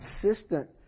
Consistent